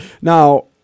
Now